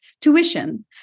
tuition